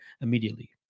immediately